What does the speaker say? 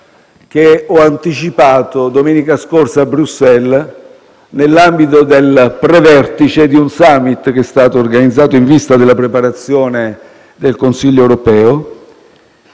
che ho anticipato domenica scorsa a Bruxelles nell'ambito del prevertice, di un *summit* organizzato in vista della preparazione del Consiglio europeo: